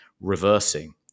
reversing